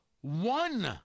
one